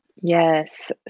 Yes